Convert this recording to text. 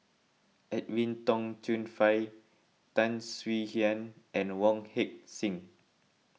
Edwin Tong Chun Fai Tan Swie Hian and Wong Heck Sing